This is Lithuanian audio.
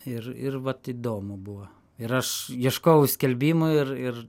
ir ir vat įdomu buvo ir aš ieškojau skelbimų ir ir